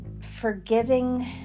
forgiving